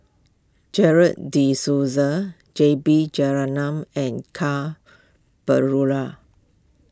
Gerald De Cruz J B Jeyaretnam and Ka Perumal